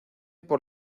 por